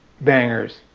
bangers